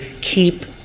keep